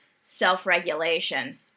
self-regulation